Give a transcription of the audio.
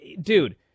dude